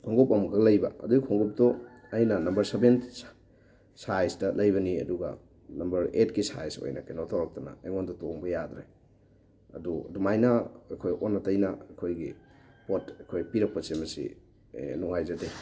ꯈꯣꯡꯎꯞ ꯑꯃꯈꯛ ꯂꯩꯕ ꯑꯗꯨꯏ ꯈꯣꯡꯎꯞꯇꯨ ꯑꯩꯅ ꯅꯝꯕꯔ ꯁꯕꯦꯟ ꯁꯥꯏꯖꯇ ꯂꯩꯕꯅꯤ ꯑꯗꯨꯒ ꯅꯝꯕꯔ ꯑꯩꯠꯀꯤ ꯁꯥꯏꯖ ꯑꯣꯏꯅ ꯀꯩꯅꯣ ꯇꯧꯔꯛꯇꯅ ꯑꯩꯉꯣꯟꯗ ꯇꯣꯡꯕ ꯌꯥꯗ꯭ꯔꯦ ꯑꯗꯨ ꯑꯗꯨꯝꯃꯥꯏꯅ ꯑꯩꯈꯣꯏ ꯑꯣꯟꯅ ꯇꯩꯅ ꯑꯩꯈꯣꯏꯒꯤ ꯄꯣꯠ ꯑꯩꯈꯣꯏ ꯄꯤꯔꯛꯄꯁꯦ ꯃꯁꯤ ꯅꯨꯡꯉꯥꯏꯖꯗꯦ